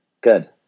Good